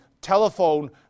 telephone